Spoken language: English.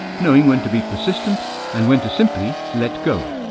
knowing when to be persistent and when to simply let go.